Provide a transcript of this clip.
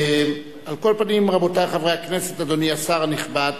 על כל פנים, רבותי חברי הכנסת, אדוני השר הנכבד,